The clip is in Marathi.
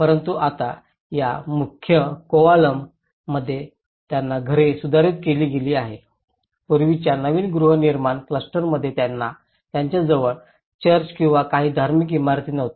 परंतु आता या मुख्य कोवाळममध्ये त्याच घरे सुधारित केली गेली आहेत पूर्वीच्या नवीन गृहनिर्माण क्लस्टरमध्ये त्यांच्या जवळ चर्च किंवा काही धार्मिक इमारत नव्हती